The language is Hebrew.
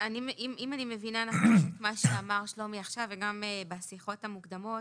אם אני מבינה נכון את מה שאמר שלומי עכשיו וגם בשיחות המוקדמות.